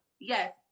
yes